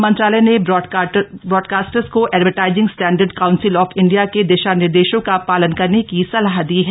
मंत्रालय ने ब्रॉडकास्टर्स को advertising standard council of India के दिशा निर्देशों का पालन करने की सलाह दी है